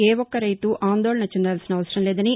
ఏ ఒక్క రైతు ఆందోళన చెందాల్సిన అవసరం లేదనీ